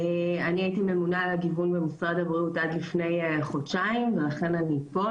אני הייתי ממונה על הגיוון במשרד הבריאות עד לפני חודשיים ולכן אני פה,